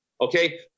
Okay